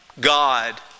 God